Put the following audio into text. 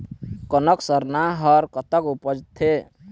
कनक सरना हर कतक उपजथे?